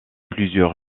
plusieurs